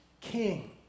king